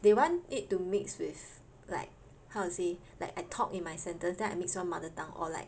they want it to mix with like how to say like I talk in my sentence then I mix one mother tongue or like